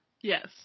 yes